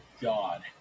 God